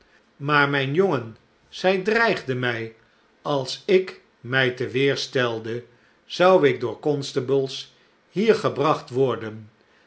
maar mijn jongen zij dreigde mij als ik mij te weer stelde zou ik door constables hier gebracht worden